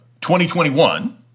2021